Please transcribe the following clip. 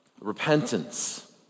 repentance